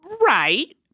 Right